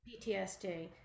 PTSD